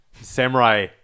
Samurai